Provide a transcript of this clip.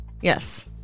yes